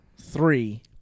three